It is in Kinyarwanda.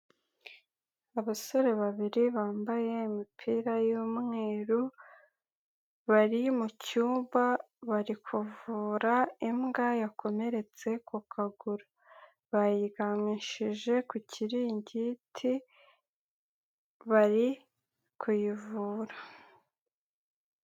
Abasore babiri bambaye imipira y'umweru bari mucyumba bari kuvura imbwa yakomeretse ku kaguru, bayigaramishije ku kiringiti bari kuyivura.